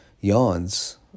Yawns